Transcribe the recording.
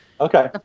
Okay